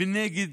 ונגד